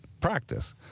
practice